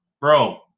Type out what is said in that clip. bro